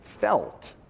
felt